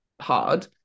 hard